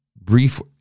brief